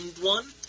one